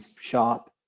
shop